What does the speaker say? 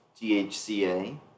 THCA